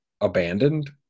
abandoned